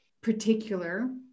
particular